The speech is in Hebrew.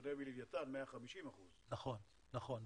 בשונה מלווייתן 150%. נכון,